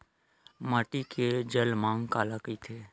माटी के जलमांग काला कइथे?